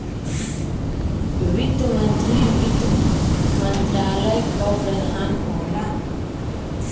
वित्त मंत्री वित्त मंत्रालय क प्रधान होला